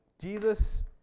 Jesus